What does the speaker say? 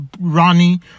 Ronnie